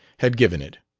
had given it.